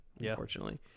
unfortunately